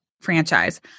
franchise